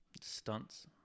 stunts